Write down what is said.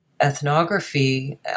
ethnography